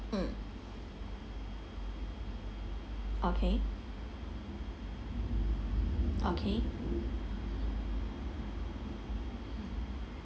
mm okay okay